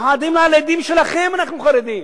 אנחנו חרדים, לילדים שלכם אנחנו חרדים.